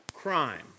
Crime